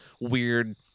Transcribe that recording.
weird